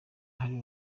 hari